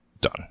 done